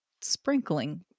sprinkling